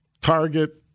Target